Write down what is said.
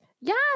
Yes